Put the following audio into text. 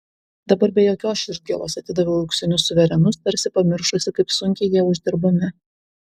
dabar be jokios širdgėlos atidaviau auksinius suverenus tarsi pamiršusi kaip sunkiai jie uždirbami